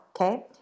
okay